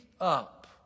up